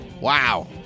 Wow